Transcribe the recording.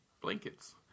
blankets